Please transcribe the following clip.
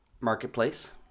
marketplace